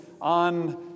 on